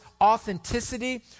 authenticity